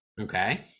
Okay